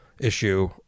issue